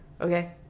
Okay